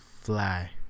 Fly